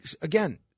again